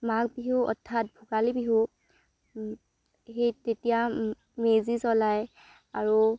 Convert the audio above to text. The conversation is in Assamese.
মাঘ বিহু অৰ্থাৎ ভোগালী বিহু সেই তেতিয়া মেজি জ্বলায় আৰু